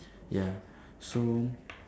ya so